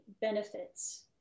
benefits